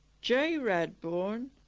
j radborne,